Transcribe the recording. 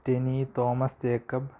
Steny Thomas Jacob